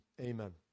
Amen